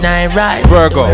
Virgo